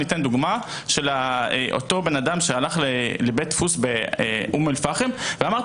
אותו אדם שהלך לבית דפוס באום אל-פאחם ואמר: